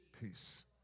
peace